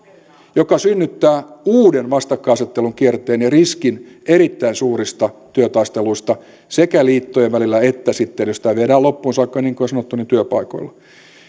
mikä synnyttää uuden vastakkainasettelun kierteen ja riskin erittäin suurista työtaisteluista sekä liittojen välillä että sitten jos tämä viedään loppuun saakka niin kuin on sanottu työpaikoilla